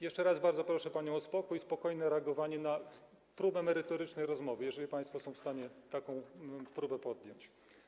Jeszcze raz bardzo proszę panią o spokój, spokojne reagowanie na próbę merytorycznej rozmowy, jeżeli państwo są w stanie taką próbę podjąć.